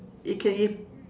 it can if